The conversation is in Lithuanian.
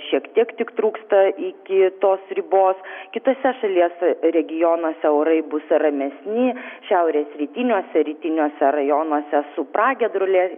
šiek tiek tik trūksta iki tos ribos kituose šalies regionuose orai bus ramesni šiaurės rytiniuose rytiniuose rajonuose su pragiedrulia